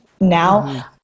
now